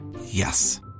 Yes